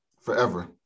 forever